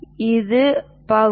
இந்த பகுதி